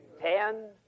ten